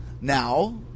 Now